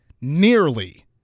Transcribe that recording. nearly